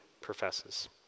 professes